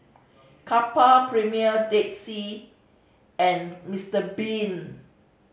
Kappa Premier Dead Sea and Mister Bean